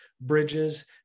bridges